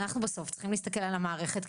אנחנו בסוף צריכים להסתכל על המערכת,